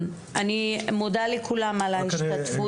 אני מודה לכולם על ההשתתפות.